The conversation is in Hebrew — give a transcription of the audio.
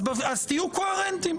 אז תהיו קוהרנטיים.